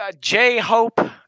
J-Hope